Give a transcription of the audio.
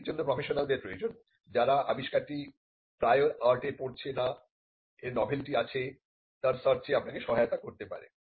এর জন্য প্রফেশনালদের প্রয়োজন যারা আবিষ্কারটি প্রায়র আর্টে পড়ছে না এর নভেলটি আছে তার সার্চে আপনাকে সহায়তা করতে পারে